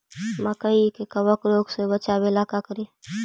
मकई के कबक रोग से बचाबे ला का करि?